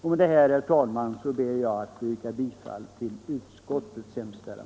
Med detta, herr talman, ber jag att få yrka bifall till utskottets hemställan.